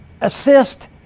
assist